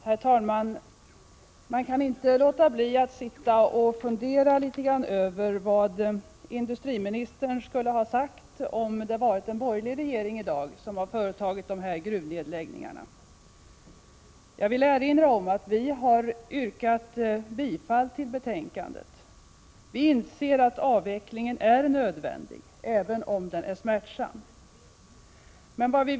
Herr talman! Man kan inte låta bli att fundera över vad industriministern skulle ha sagt om det i dag varit en borgerlig regering som hade företagit dessa gruvnedläggningar. Jag vill erinra om att vi har yrkat bifall till utskottets hemställan. Vi inser att avvecklingen är nödvändig även om den är smärtsam.